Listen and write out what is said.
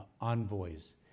envoys